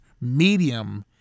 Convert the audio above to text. medium